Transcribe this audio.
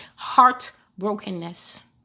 heartbrokenness